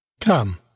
Come